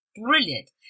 Brilliant